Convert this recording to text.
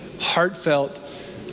heartfelt